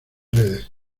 redes